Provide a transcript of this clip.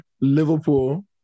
Liverpool